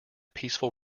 peaceful